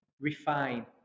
refine